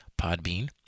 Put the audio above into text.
Podbean